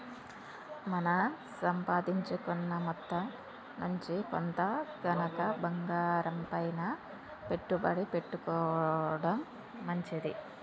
మన సంపాదించుకున్న మొత్తం నుంచి కొంత గనక బంగారంపైన పెట్టుబడి పెట్టుకోడం మంచిది